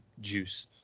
juice